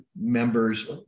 members